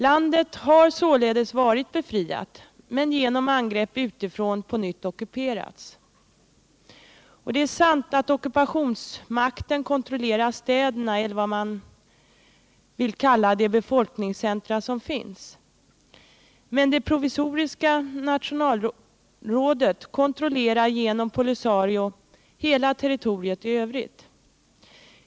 Landet har således varit befriat, men genom angrepp utifrån på nytt ockuperats. Det är sant att ockupationsmakten kontrollerar städerna, eller vad man vill kalla de befolkningscentra som finns. Men det Provisoriska Nationalrådet kontrollerar genom POLISARIO hela territoriet i övrigt.